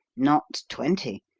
not twenty,